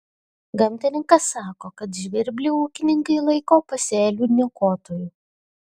gamtininkas sako kad žvirblį ūkininkai laiko pasėlių niokotoju